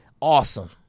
Awesome